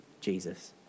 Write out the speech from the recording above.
Jesus